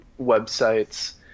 websites